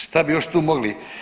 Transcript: Što bih još tu mogli?